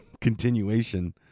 continuation